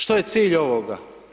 Što je cilj ovoga?